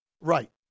right